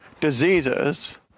diseases